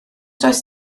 does